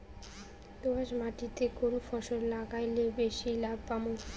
দোয়াস মাটিতে কুন ফসল লাগাইলে বেশি লাভ পামু?